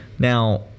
Now